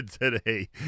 today